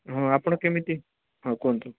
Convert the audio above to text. ହଁ ଆପଣ କେମିତି ହଁ କୁହନ୍ତୁ